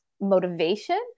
motivation